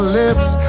lips